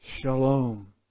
Shalom